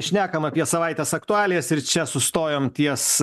šnekam apie savaitės aktualijas ir čia sustojom ties